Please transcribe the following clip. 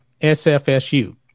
SFSU